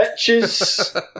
bitches